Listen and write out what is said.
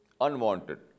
unwanted